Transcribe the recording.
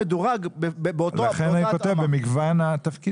זאת אומרת, שיהיה מדורג באותה הרמה.